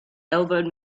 elbowed